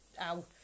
ow